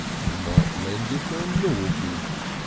you might lend it on mortgage,